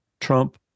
Trump